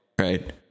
right